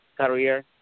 career